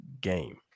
game